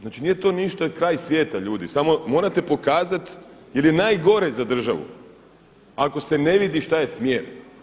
Znači nije to ništa kraj svijeta ljudi, samo morate pokazat jer je najgore za državu ako se ne vidi šta je smjer.